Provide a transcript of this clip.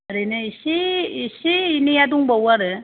ओरैनो इसे इसे एनैया दंबावो आरो